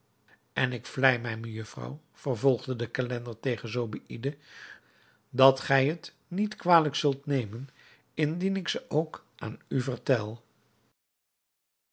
en ik vlei mij mejufvrouw vervolgde de calender tegen zobeïde dat gij het niet kwalijk zult nemen indien ik ze ook aan u vertel